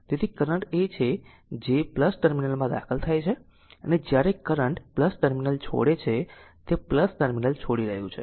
તેથી કરંટ એ છે જે ટર્મિનલમાં દાખલ થાય છે અને જ્યારે કરંટ ટર્મિનલ છોડે છે તે ટર્મિનલ છોડી રહ્યું છે